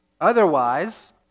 Otherwise